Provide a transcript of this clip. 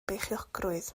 beichiogrwydd